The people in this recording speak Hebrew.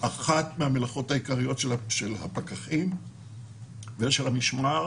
אחת המלאכות העיקריות של הפקחים ושל המשמר